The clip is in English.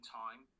time